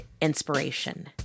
inspiration